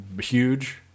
huge